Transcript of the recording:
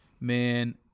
man